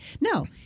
No